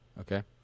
Okay